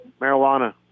Marijuana